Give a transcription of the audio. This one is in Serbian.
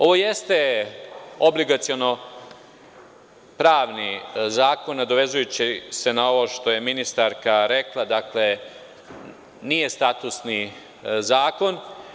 Ovo jeste obligaciono pravni zakon, nadovezujući se na ovo što je ministarka rekla, dakle, nije statusni zakon.